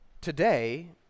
today